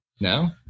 No